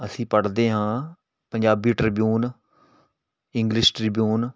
ਅਸੀਂ ਪੜ੍ਹਦੇ ਹਾਂ ਪੰਜਾਬੀ ਟ੍ਰਿਬਿਊਨ ਇੰਗਲਿਸ਼ ਟ੍ਰਿਬਿਊਨ